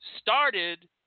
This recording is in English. started